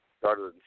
started